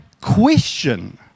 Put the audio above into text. question